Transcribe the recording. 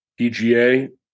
PGA